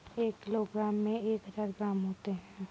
एक किलोग्राम में एक हजार ग्राम होते हैं